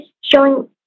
showing